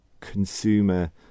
consumer